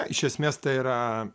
iš esmės tai yra